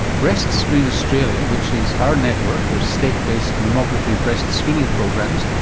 breastscreen australia, which is our network of state based mammography breast screening programs,